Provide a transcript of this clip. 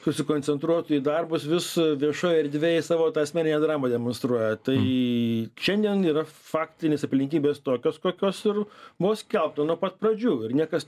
susikoncentruotų į darbus vis viešoj erdvėj savo tą asmeninę dramą demonstruoja tai šiandien yra faktinės aplinkybės tokios kokios ir buvo skelbta nuo pat pradžių ir niekas